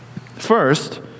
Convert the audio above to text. First